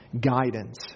guidance